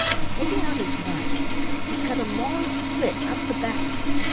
and taking out his knife he cut a long slit up the back of it.